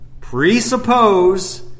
presuppose